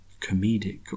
comedic